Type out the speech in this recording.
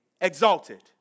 exalted